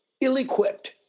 ill-equipped